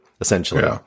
essentially